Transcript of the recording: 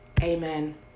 amen